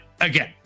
again